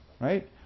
right